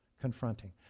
confronting